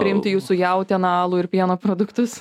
priimti jūsų jautieną alų ir pieno produktus